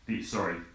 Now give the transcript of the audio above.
sorry